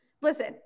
listen